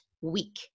week